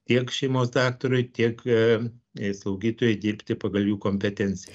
tiek šeimos daktarui tiek slaugytojai dirbti pagal jų kompetenciją